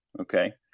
Okay